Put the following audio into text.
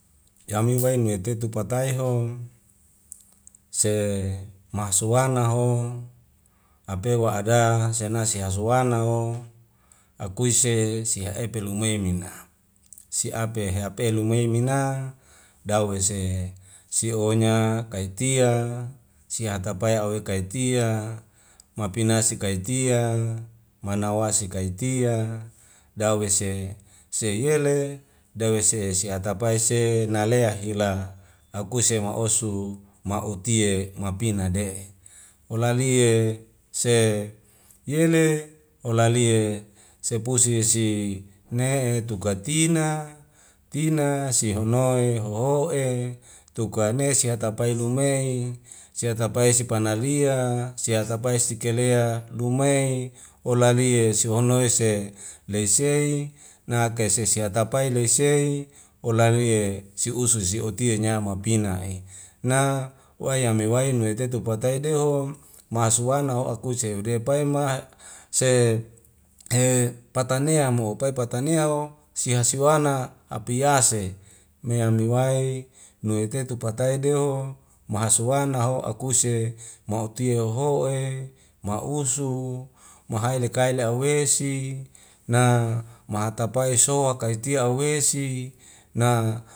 Yami wei mia tetu patai ho se masuana ho ape wa'ada senase hasuana ho akuise si ha'epelume mina siape hape lume mina dawese sihonya kaitia sihatapae awei kaitia mapina sikaitia manawa sikaitia dawese se yele dawese si atapae se nalea hila akuse ma'osu mautie mapina de holalie se yele holalie sepusi si ne tuka tina tina sihonoe hoho'e tukanese hatapai lumei siatapai sipana lia siatapai si kelea lumei holalie sihonoe se leisei nakai sesi atapai lesei hola lie siusu siotie nayama pina ena waya mewain nuwetetu patai deho masuana ho'akuse yeude pai mahak se e patanea mo pai patanea o si hasi wana apiase mea miwai muweketu patai deho ma aiswana ho' akuse mautie hoho'e mausu mahai lekai le waesi na mahatapae soak kaitia awesihi naa